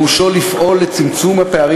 פירושו לספק לו ביטחון